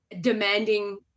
demanding